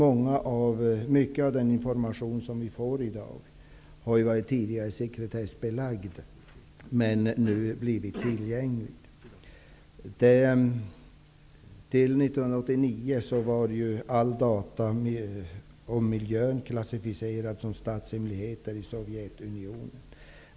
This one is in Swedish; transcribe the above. En stor del av den information som vi får i dag har tidigare varit sekretessbelagd, men har nu blivit tillgänglig. Fram till 1989 var alla data om miljön i Sovjetunionen klassificerade som statshemligheter.